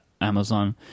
Amazon